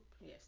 Yes